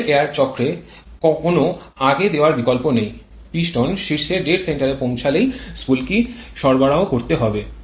fuel air চক্রে কোনও আগে দেওয়ার বিকল্প নেই পিস্টন শীর্ষে ডেড সেন্টারে পৌঁছালেই স্ফুলকি সরবরাহ করতে হবে